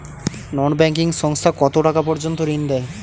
নন banking সংস্থা কতটাকা পর্যন্ত ঋণ দেয়?